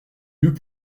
mieux